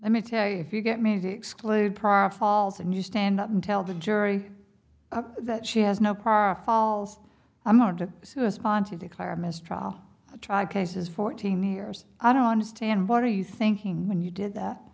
let me tell you if you get me to exclude prof halls and you stand up and tell the jury that she has no parra falls i'm going to sue us pontiff eclair mistrial i tried cases fourteen years i don't understand what are you thinking when you did that